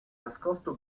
nascosto